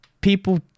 people